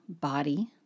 body